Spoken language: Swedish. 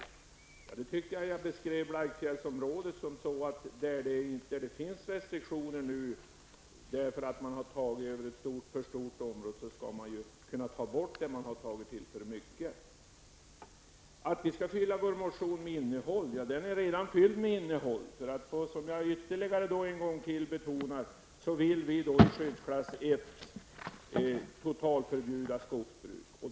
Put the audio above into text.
Jag tyckte att jag beskrev Blaikfjällsområdet på ett sådant sätt att där det nu finns restriktioner därför att man har tagit över ett för stort område skall man kunna ta bort det man har tagit till för mycket. Det sades att vi skulle fylla vår motion med innehåll. Den är redan fylld med innehåll. Jag vill ytterligare en gång betona att vi inom skyddsklass 1 vill totalförbjuda skogsbruk.